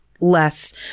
less